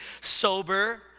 sober